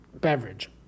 beverage